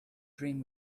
dream